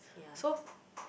so